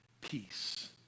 peace